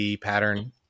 pattern